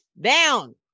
down